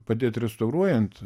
padėt restauruojant